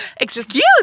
Excuse